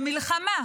במלחמה,